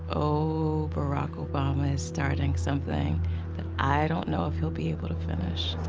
oh, barack obama is starting something that i don't know if he'll be able to finish.